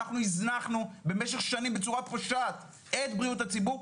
אנחנו הזנחנו משך שנים בצורה פושעת את בריאות הציבור,